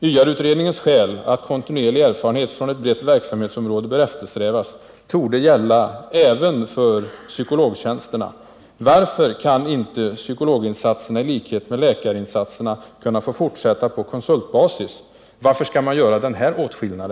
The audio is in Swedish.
YR-utredningens skäl att kontinuerlig erfarenhet från ett brett verksamhetsområde bör eftersträvas, torde gälla även för psykologtjänsterna. Varför kan inte psykologinsatserna, i likhet med läkarinsatserna, fortsätta på konsultbasis? Varför denna åtskillnad?